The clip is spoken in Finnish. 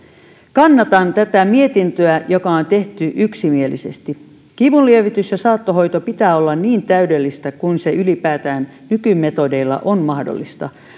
kannatan tätä mietintöä joka on tehty yksimielisesti kivunlievityksen ja saattohoidon pitää olla niin täydellistä kuin ylipäätään nykymetodeilla on mahdollista